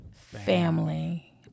Family